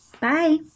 bye